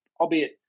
albeit